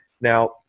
Now